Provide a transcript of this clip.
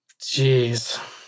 Jeez